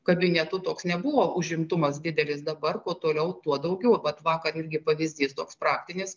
kabinetų toks nebuvo užimtumas didelis dabar kuo toliau tuo daugiau vat vakar irgi pavyzdys toks praktinis